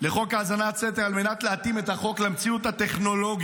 לחוק האזנת סתר על מנת להתאים את החוק למציאות הטכנולוגית,